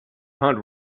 hunt